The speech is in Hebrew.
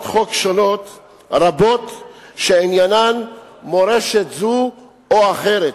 חוק שונות ורבות שעניינן מורשת זו או אחרת,